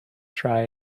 try